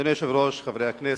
אדוני היושב-ראש, חברי הכנסת,